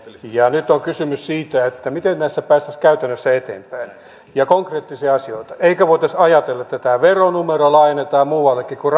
ja nyt on kysymys siitä miten näissä päästäisiin käytännössä eteenpäin konkreettisia asioita eikö voitaisi ajatella että tämä veronumero laajennetaan muuallekin kuin